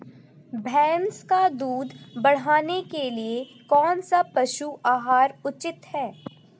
भैंस का दूध बढ़ाने के लिए कौनसा पशु आहार उचित है?